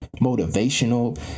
motivational